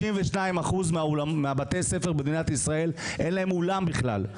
52% מבתי הספר במדינת ישראל אין להם אולם בכלל,